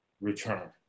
return